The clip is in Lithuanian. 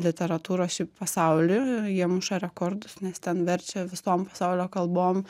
literatūros šiaip pasauly jie muša rekordus nes ten verčia visom pasaulio kalbom